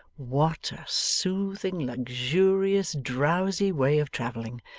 what a soothing, luxurious, drowsy way of travelling,